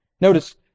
Notice